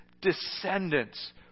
descendants